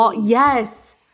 Yes